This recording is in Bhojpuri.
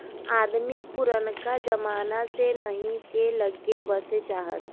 अदमी पुरनका जमाना से नहीए के लग्गे बसे चाहत